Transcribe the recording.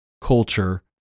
culture